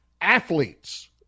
athletes